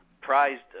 prized